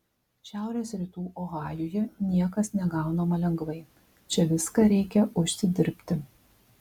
šiaurės rytų ohajuje niekas negaunama lengvai čia viską reikia užsidirbti